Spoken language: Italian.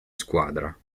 squadra